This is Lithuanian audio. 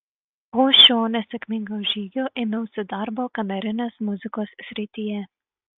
po šio nesėkmingo žygio ėmiausi darbo kamerinės muzikos srityje